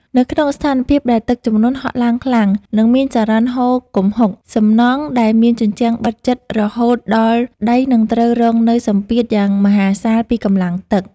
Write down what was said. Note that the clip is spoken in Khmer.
នៅក្នុងស្ថានភាពដែលទឹកជំនន់ហក់ឡើងខ្លាំង និងមានចរន្តហូរគំហុក សំណង់ដែលមានជញ្ជាំងបិទជិតរហូតដល់ដីនឹងត្រូវរងនូវសម្ពាធយ៉ាងមហាសាលពីកម្លាំងទឹក។